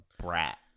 brat